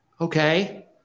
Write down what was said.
Okay